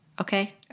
Okay